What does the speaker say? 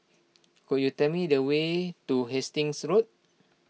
could you tell me the way to Hastings Road